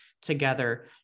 together